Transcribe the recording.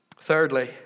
Thirdly